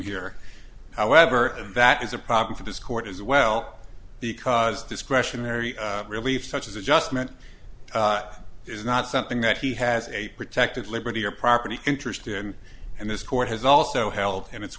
here however that is a problem for this court as well because discretionary relief such as adjustment is not something that he has a protected liberty or property interest in and this court has also helped him it's